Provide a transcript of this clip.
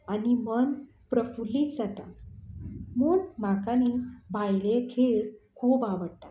आनी मन प्रफुल्लीत जाता म्हाका न्ही भायले खेळ खूब आवडटात